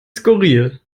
skurril